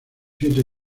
siete